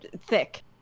thick